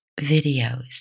videos